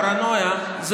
פרנויה,